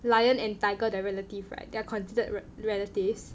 lion and tiger the relative right they are considered relatives